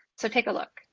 so take a look.